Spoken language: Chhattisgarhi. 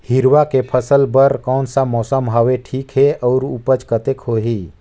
हिरवा के फसल बर कोन सा मौसम हवे ठीक हे अउर ऊपज कतेक होही?